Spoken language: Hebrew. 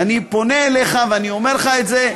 ואני פונה אליך ואני אומר לך את זה.